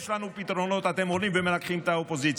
יש לנו פתרונות, אתם עולים ומנגחים את האופוזיציה.